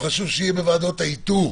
חשוב שהוא יהיה בוועדות האיתור,